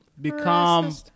become